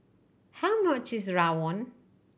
how much is Rawon